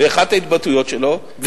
באחת ההתבטאויות שלו,